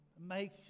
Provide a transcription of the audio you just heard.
Make